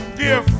dear